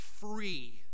free